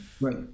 Right